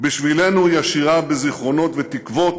"בשבילנו היא עשירה בזיכרונות ותקוות.